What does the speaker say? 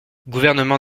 gouvernement